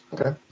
Okay